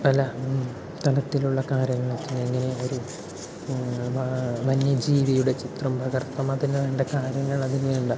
പല തരത്തിലുള്ള കാര്യങ്ങൾ എങ്ങനെ ഒരു വാ വന്യജീവിയുടെ ചിത്രം പകർത്താം അതിനു വേണ്ട കാര്യങ്ങൾ അതിനു വേണ്ട